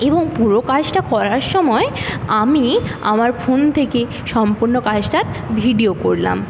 এবং পুরো কাজটা করার সময় আমি আমার ফোন থেকে সম্পূর্ণ কাজটার ভিডিও করলাম